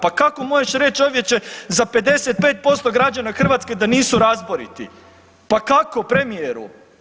Pa kako možeš reć čovječe za 55% građana Hrvatske da nisu razboriti, pa kako premijeru?